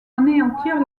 anéantir